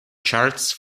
charts